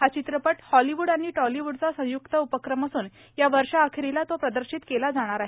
हा चित्रपट हॉलीव्ड आणि टॉलीव्डचा संय्क्त उपक्रम असून या वर्षाअखेरीला तो प्रदर्शित केला जाणार आहे